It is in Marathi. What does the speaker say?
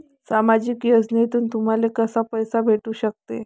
सामाजिक योजनेतून तुम्हाले कसा पैसा भेटू सकते?